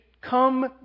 come